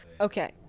Okay